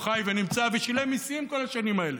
חי ונמצא ושילם מיסים כל השנים האלה.